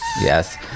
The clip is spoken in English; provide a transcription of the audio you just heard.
Yes